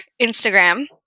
Instagram